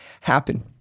happen